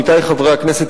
עמיתי חברי הכנסת,